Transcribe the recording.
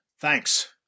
Thanks